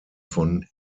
von